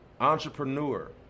entrepreneur